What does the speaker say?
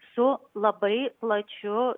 su labai plačiu